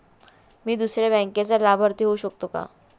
मी दुसऱ्या बँकेचा लाभार्थी होऊ शकतो का?